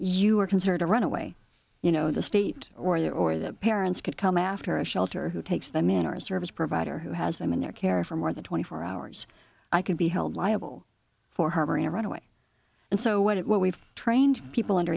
you're considered a runaway you know the state or the or the parents could come after a shelter who takes their manners service provider who has them in their care for more than twenty four hours i could be held liable for harboring a runaway and so what it what we've trained people under